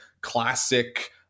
classic